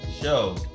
show